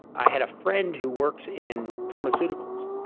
i had a friend who works in pharmaceuticals,